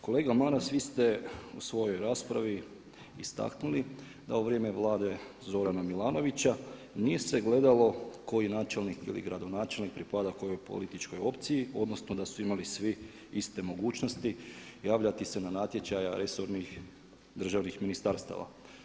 Kolega Maras vi ste u svojoj raspravi istaknuli da u vrijeme vlade Zorana Milanovića nije se gledalo koji načelnik ili gradonačelnik pripada kojoj političkoj opciji odnosno da su imali svi iste mogućnosti javljati se na natječaj resornih državnih ministarstava.